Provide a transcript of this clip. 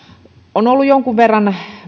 on ollut jonkun verran